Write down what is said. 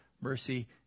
mercy